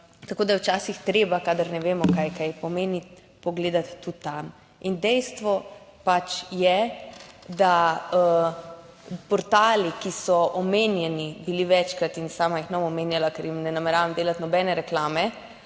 tako, da je včasih treba, kadar ne vemo, kaj pomeni, pogledati tudi tam. In dejstvo pač je, da portali, ki so omenjeni bili večkrat in sama jih ne bom omenjala, ker jim ne nameravam delati nobene reklame,